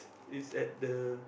it's at the